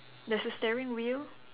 there's a steering wheel